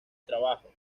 trabajo